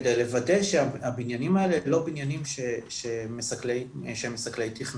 כדי לוודא שהבניינים האלה הם לא בניינים שמסכלי תכנון,